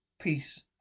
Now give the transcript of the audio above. Peace